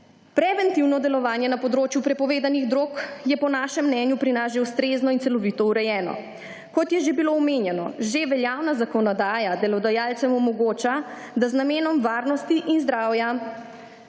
Preventivno delovanje na področju prepovedanih drog je po našem mnenju pri nas že ustrezno in celovito urejeno. Kot je že bilo omenjeno, že veljavna zakonodaja delodajalcem omogoča, da z namenom varnosti in zdravja